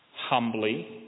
humbly